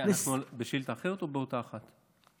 אנחנו בשאילתה אחרת או באותה אחת?